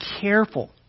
careful